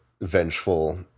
vengeful